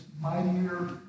mightier